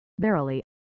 Verily